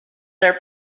their